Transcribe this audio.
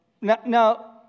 now